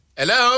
Hello